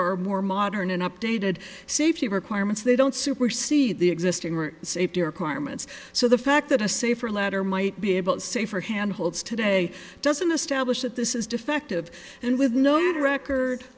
are more modern and updated safety requirements they don't supersede the existing or safety requirements so the fact that a safer letter might be able to say for handholds today doesn't establish that this is defective and with no record